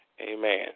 amen